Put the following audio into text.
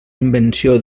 invenció